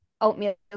oatmeal